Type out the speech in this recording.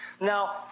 Now